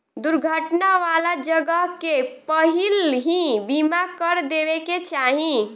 दुर्घटना वाला जगह के पहिलही बीमा कर देवे के चाही